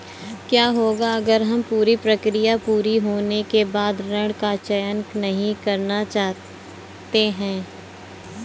क्या होगा अगर हम पूरी प्रक्रिया पूरी होने के बाद ऋण का चयन नहीं करना चाहते हैं?